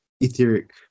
etheric